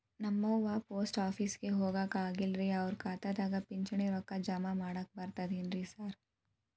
ನಮ್ ಅವ್ವ ಪೋಸ್ಟ್ ಆಫೇಸಿಗೆ ಹೋಗಾಕ ಆಗಲ್ರಿ ಅವ್ರ್ ಖಾತೆಗೆ ಪಿಂಚಣಿ ರೊಕ್ಕ ಜಮಾ ಮಾಡಾಕ ಬರ್ತಾದೇನ್ರಿ ಸಾರ್?